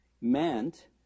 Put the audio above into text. meant